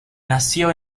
nació